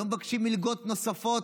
לא מבקשים מלגות נוספות,